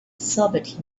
sobered